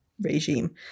regime